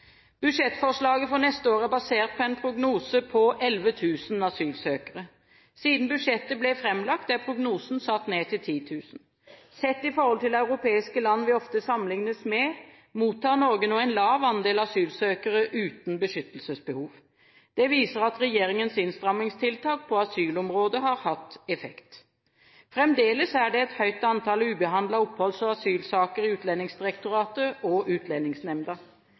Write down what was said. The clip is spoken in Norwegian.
Budsjettforslaget for neste år er basert på en prognose på 11 000 asylsøkere. Siden budsjettet ble framlagt, er prognosen satt ned til 10 000. Sett i forhold til europeiske land vi ofte sammenlignes med, mottar Norge nå en lav andel asylsøkere uten beskyttelsesbehov. Det viser at regjeringens innstramningstiltak på asylområdet har hatt effekt. Fremdeles er det et høyt antall ubehandlede oppholds- og asylsaker i Utlendingsdirektoratet og Utlendingsnemnda.